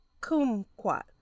kumquat